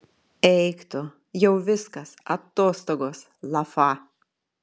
eik tu jau viskas atostogos lafa